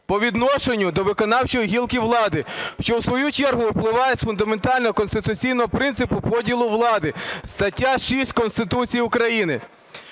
по відношенню до виконавчої гілки влади, що у свою чергу випливає з фундаментального конституційного принципу – поділу влади (стаття 6 Конституції України).